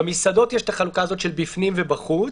במסעדות יש את החלוקה בפנים ובחוץ,